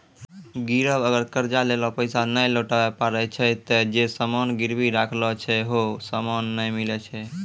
गिरब अगर कर्जा लेलो पैसा नै लौटाबै पारै छै ते जे सामान गिरबी राखलो छै हौ सामन नै मिलै छै